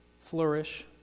flourish